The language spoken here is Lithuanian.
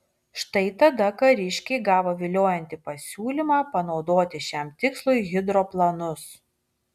štai tada kariškiai gavo viliojantį pasiūlymą panaudoti šiam tikslui hidroplanus